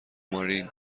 مارین